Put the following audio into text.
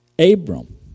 Abram